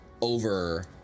over